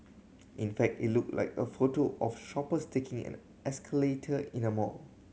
in fact it looked like a photo of shoppers taking an escalator in a mall